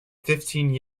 fifteen